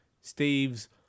Steve's